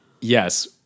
yes